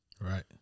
Right